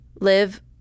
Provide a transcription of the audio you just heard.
live